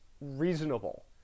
reasonable